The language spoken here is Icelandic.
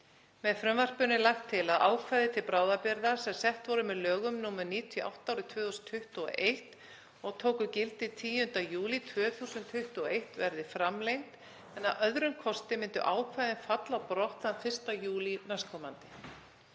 Með fumvarpinu er lagt til að ákvæði til bráðabirgða sem sett voru með lögum nr. 98/2021 og tóku gildi 10. júlí 2021 verði framlengd en að öðrum kosti myndu ákvæðin falla á brott þann 1. júlí næstkomandi.